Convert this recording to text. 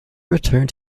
returned